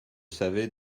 savez